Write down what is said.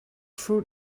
fruit